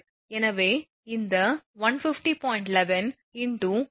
எனவே இந்த 150